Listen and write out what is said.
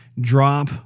drop